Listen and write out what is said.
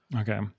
okay